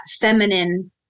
feminine